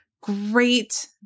Great